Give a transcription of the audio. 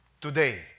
today